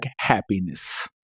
happiness